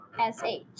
S-H